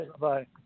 Bye